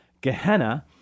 Gehenna